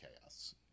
chaos